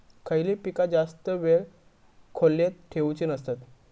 खयली पीका जास्त वेळ खोल्येत ठेवूचे नसतत?